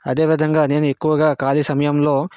అదేవిధంగా నేను ఎక్కువగా ఖాళీ సమయంలో